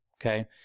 Okay